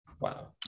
wow